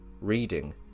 reading